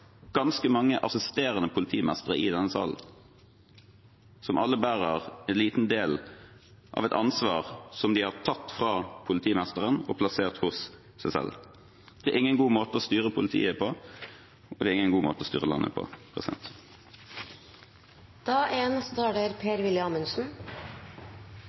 ganske mange assisterende politimestere i denne salen, som alle bærer en liten del av et ansvar som de har tatt fra politimesteren og plassert hos seg selv. Det er ingen god måte å styre politiet på, og det er ingen god måte å styre landet på. Det er